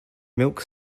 milk